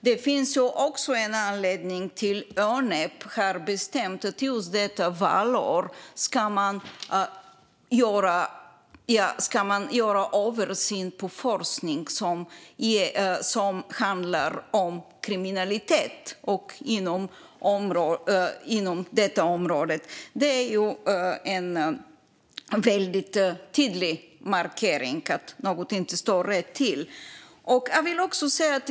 Det finns en anledning till att Önep har bestämt att man till detta valår ska göra en översyn av forskning som handlar om kriminalitet och annat inom detta område. Det är en väldigt tydlig markering om att något inte står rätt till. Jag vill säga ytterligare något.